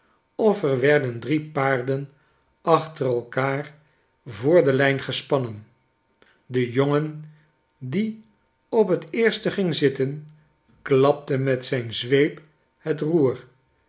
of er werden drie paarden achter elkaar voor de lijn gespannen de jongen die op het eerste ging zitten klapte met zyn zweep het roer